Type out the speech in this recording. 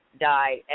die